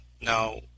Now